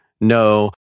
no